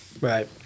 Right